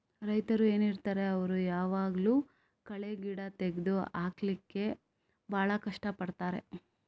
ರೈತರು ಏನಿರ್ತಾರೆ ಅವ್ರು ಯಾವಾಗ್ಲೂ ಕಳೆ ಗಿಡ ತೆಗ್ದು ಹಾಕ್ಲಿಕ್ಕೆ ಭಾಳ ಕಷ್ಟ ಪಡ್ತಾರೆ